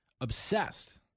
Obsessed